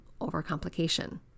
overcomplication